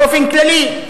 באופן כללי,